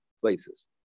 places